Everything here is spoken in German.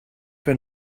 für